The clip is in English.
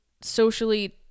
socially